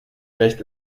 recht